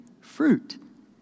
fruit